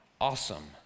awesome